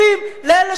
לאלה שליד.